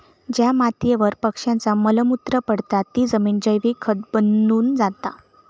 ज्या मातीयेवर पक्ष्यांचा मल मूत्र पडता ती जमिन जैविक खत बनून जाता